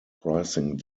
pricing